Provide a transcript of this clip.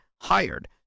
hired